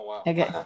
Okay